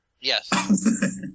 Yes